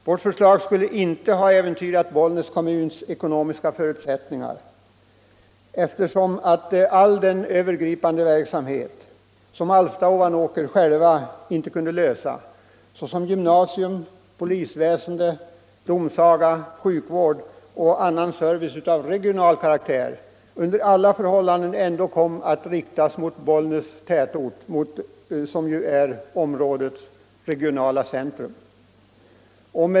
Vårt förslag skulle inte ha äventyrat Bollnäs kommuns ekonomiska förutsättningar, eftersom all den övergripande verksamhet som Alfta och Ovanåker inte själva kunde lösa, såsom gymnasium, polisväsende, domsaga, sjukvård och annan service av regional karaktär, under alla förhållanden måste komma att riktas mot Bollnäs, som ju är områdets regionala centrum.